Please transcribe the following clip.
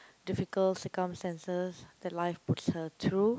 difficult circumstances that life puts her through